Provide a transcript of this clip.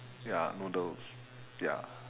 ya noodles ya